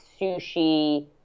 sushi